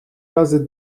razy